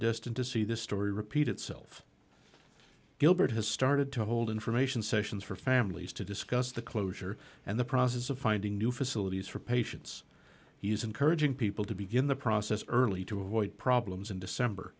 destined to see this story repeat itself gilbert has started to hold information sessions for families to discuss the closure and the process of finding new facilities for patients he is encouraging people to begin the process early to avoid problems in december